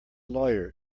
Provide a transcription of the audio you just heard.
lawyer